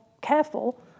careful